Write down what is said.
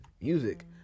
music